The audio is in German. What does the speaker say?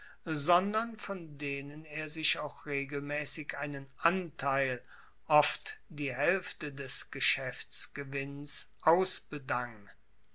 sondern von denen er sich auch regelmaessig einen anteil oft die haelfte des geschaeftsgewinns ausbedang